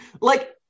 Like-